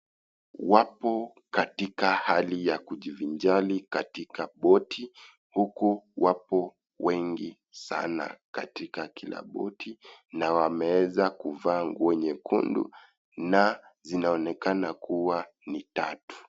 Wapo katika hali ya kujivinjari katika boti, huku wapo wengi sana katika kila boti na wameeeza kuvaa nguo nyekundu na zinaonekana kuwa ni tatu.